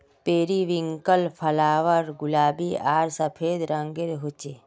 periwinkle flower गुलाबी आर सफ़ेद रंगेर होचे